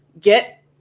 get